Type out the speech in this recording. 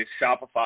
Shopify